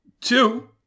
Two